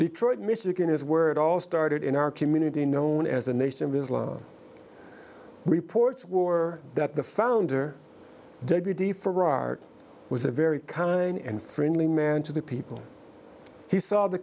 betrayed michigan is where it all started in our community known as a nation of islam reports war that the founder debbie de farrar was a very kind and friendly man to the people he saw the